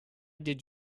did